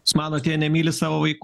jūs manot jie nemyli savo vaikų